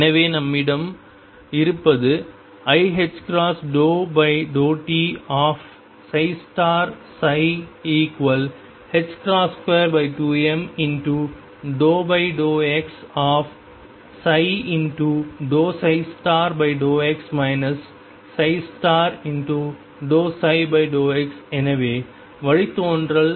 எனவே நம்மிடம் இருப்பது iℏ ∂t22m ∂x∂x ∂ψ∂x எனவே வழித்தோன்றல்